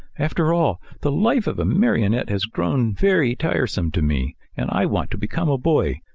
after all, the life of a marionette has grown very tiresome to me and i want to become a boy,